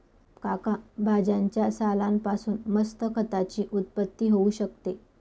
काका भाज्यांच्या सालान पासून मस्त खताची उत्पत्ती होऊ शकते